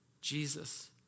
Jesus